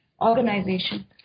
Organization